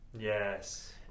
Yes